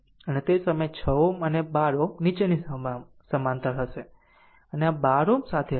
અને તે સમયે આ 6 Ω આ 12 Ω ની સમાંતર હશે અને આ 12 Ω સાથે હશે